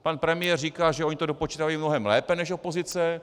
Pan premiér říká, že oni to dopočítávají mnohem lépe než opozice.